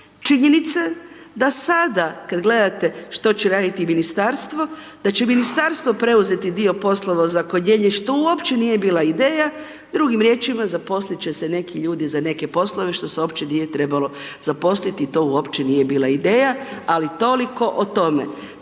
činjenice da sada kada gledate što će raditi Ministarstvo da će Ministarstvo preuzeti dio poslova za ozakonjenje što uopće nije bila ideja, drugim riječima zaposliti će se neki ljudi za neke poslove što se uopće nije trebalo zaposliti i to uopće nije bila ideja. Ali toliko o tome.